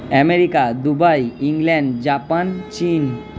America Dubai England Japan চীন